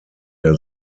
der